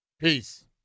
Peace